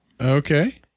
Okay